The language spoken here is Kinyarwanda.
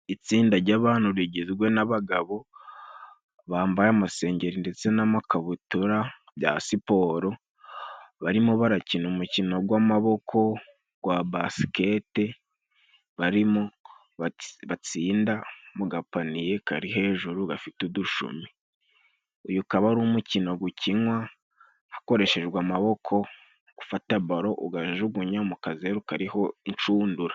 Itsinda ry'abantu rigizwe n'abagabo, bambaye amasengeri ndetse n'amakabutura bya siporo, barimo barakina umukino gw'amaboko gwa basiketi, barimo batsinda mu gapaniye kari hejuru gafite udushumi, uyu ukaba ari umukino gukinwa hakoreshejwe amaboko, gufata baro, ukajugunya mu kazero kariho inshundura.